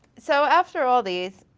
so after all these,